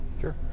Sure